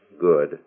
good